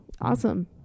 Awesome